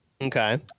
Okay